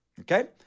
Okay